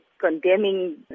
condemning